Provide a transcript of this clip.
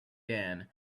dan